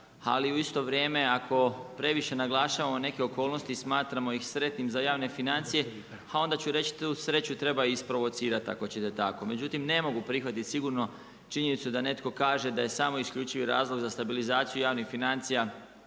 Ali u isto vrijeme, ako previše naglašavamo neke okolnosti i smatramo ih sretnim za javne financije, ha onda ću reći tu sreću treba i isprovocirati ako ćete tako. Međutim, ne mogu prihvatiti sigurno činjenicu da netko kaže da je samo i isključivi razlog za stabilizaciju javnih financija,